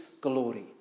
glory